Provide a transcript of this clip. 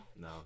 No